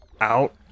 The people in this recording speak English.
out